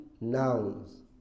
Nouns